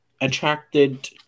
attracted